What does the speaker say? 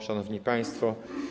Szanowni Państwo!